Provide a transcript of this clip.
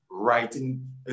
writing